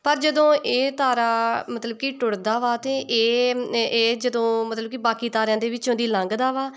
ਪਰ ਜਦੋਂ ਇਹ ਤਾਰਾ ਮਤਲਬ ਕਿ ਟੁੱਟਦਾ ਵਾ ਅਤੇ ਇਹ ਇਹ ਜਦੋਂ ਮਤਲਬ ਕਿ ਬਾਕੀ ਤਾਰਿਆਂ ਦੇ ਵਿੱਚੋਂ ਦੀ ਲੰਘਦਾ ਵਾ